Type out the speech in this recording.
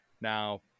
Now